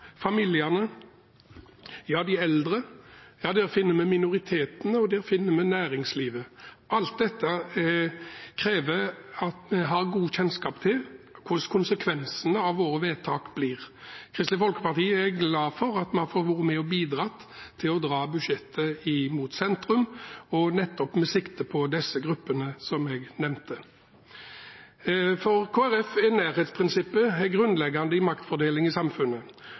familiene, de eldre – ja, der finner vi minoritetene, og der finner vi næringslivet. Alt dette krever at vi har god kjennskap til hvordan konsekvensene av våre vedtak blir. Kristelig Folkeparti er glad for at vi har fått være med og bidra til å dra budsjettet mot sentrum, nettopp med sikte på disse gruppene som jeg nevnte. For Kristelig Folkeparti er nærhetsprinsippet grunnleggende i maktfordelingen i samfunnet,